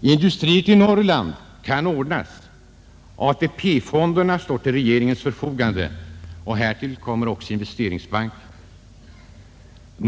Industrier till Norrland kan ordnas. AP-fonderna står till regeringens förfogande. Härtill kommer Investeringsbanken.